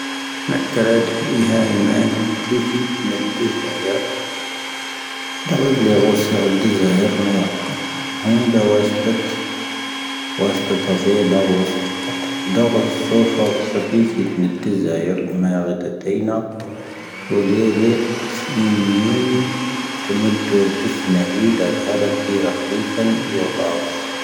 ⵏⴰⴽⵀⴰⵍⴰⴷ ⵀⵉⵀⴰ ⵉⵎⴰⵏⵉ ⵏⵜⵉⵙⵉ ⵜⵏⴰⴷⴷⵉⵣⴰⵢⴰⵔ. ⴷⴰⵇⵉⵍⵉⴳⵡoⵙ ⵢⴰⴳⴷⵉⵣⴰⵢⴰⵔ ⵏⴰ ⵢⴰⴽⵇⴰⵜ. ⵀⵓⵏⴷⴰ ⵡⴰⵙⵜⴰⵜ. ⵡⴰⵙⵜⴰⵜ ⴰⴳⵉⵍⴰⴳⵡoⵙ ⵢⴰⴽⵇⴰⵜ. ⴷⴰⵇⵉⵍ ⵙoⴼⴰⴽ ⴽⵜⵉⵙⵉ ⵜⵏⴰⴷⴷⵉⵣⴰⵢⴰⵔ ⵏⴰ ⵎⴰⵡⴻⵜⴰⵜⵉⵏⴰ. ⴼⵓⵍⵉⵔⴻⵉⵜ ⵉⵏⵉⵏ. ⵜⵓⵎⵓⴷⴷⵓⵔ ⴷⵉⵙ ⵏⴰⵀⵉ ⴷⴰⴽⴻⵀⵔⴻⵜ ⵉⵔⴰⴽⵀⴻⴻⵙⴰⵏ ⵢoⴳⵀⴰⵙ.